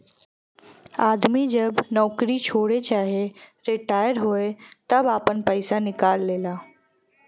आदमी जब नउकरी छोड़े चाहे रिटाअर होए तब आपन पइसा निकाल लेला